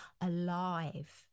alive